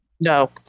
No